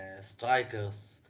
strikers